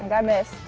and i missed.